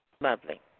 Lovely